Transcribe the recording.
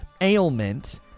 ailment